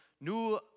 new